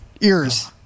Ears